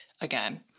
again